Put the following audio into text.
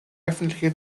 öffentliche